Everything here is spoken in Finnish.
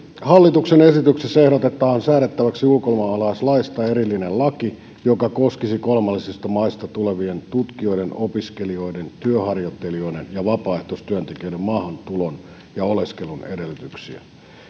hallituksen esityksessä ehdotetaan säädettäväksi ulkomaalaislaista erillinen laki joka koskisi kolmansista maista tulevien tutkijoiden opiskelijoiden työharjoittelijoiden ja vapaaehtoistyöntekijöiden maahantulon ja oleskelun edellytyksiä